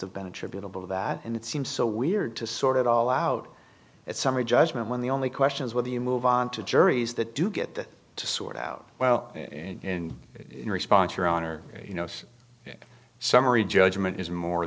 have been attributable to that and it seems so weird to sort it all out that summary judgment when the only question is whether you move on to juries that do get to sort out well in your response your honor you know summary judgment is more